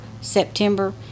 September